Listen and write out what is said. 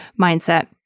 mindset